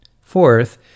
Fourth